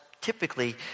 typically